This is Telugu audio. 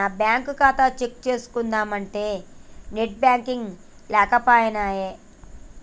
నా బ్యేంకు ఖాతా చెక్ చేస్కుందామంటే నెట్ బాంకింగ్ లేకనేపాయె